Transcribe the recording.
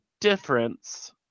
difference